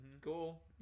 Cool